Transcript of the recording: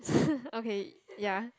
okay ya